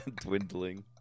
dwindling